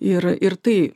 ir ir tai